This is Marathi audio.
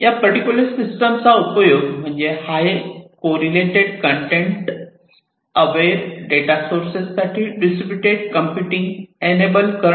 या पर्टिक्युलर सिस्टम चा उपयोग म्हणजे high correlated content aware data sources साठी डिस्ट्रीब्युटेड कॉम्पुटिंग एनबल करणे